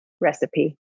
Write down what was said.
recipe